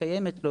שקיימת לו,